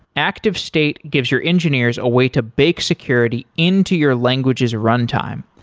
activestate gives your engineers a way to bake security into your language's runtime.